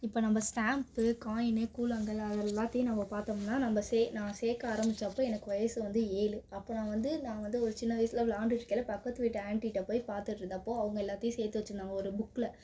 இப்போ நம்ம stamp coin கூழாங்கல் அது எல்லாத்தையும் நம்ம பார்த்தோம்னா நம்ம சே நான் சேர்க்க ஆரம்மித்தப்போ எனக்கு வயது வந்து ஏழு அப்போ நான் வந்து நான் வந்து ஒரு சின்ன வயசில் விளாண்டுகிட்டு இருக்கையில் பக்கத்து வீடு ஆண்ட்டிகிட்ட போய் பார்த்துட்டு இருந்தப்போது அவங்க எல்லாத்தையும் சேர்த்து வச்சுருந்தாங்க ஒரு புக்கில்